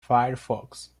firefox